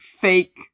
fake